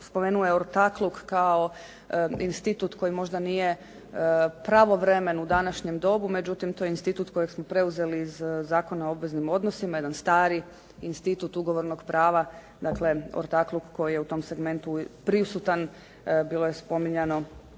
spomenuo je ortakluk kao institut koji možda nije pravovremen u današnjem dobu, međutim, to je institut kojeg smo preuzeli iz Zakona o obveznim odnosima, jedan stari institut ugovornog prava, dakle, ortakluk koji je u tom segmentu prisutan, bilo je spominjano